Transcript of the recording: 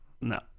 No